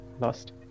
lost